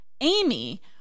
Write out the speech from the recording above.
Amy